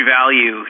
value